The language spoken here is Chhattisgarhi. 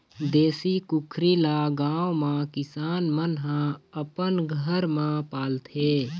देशी कुकरी ल गाँव म किसान मन ह अपन घर म पालथे